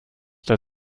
der